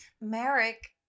Merrick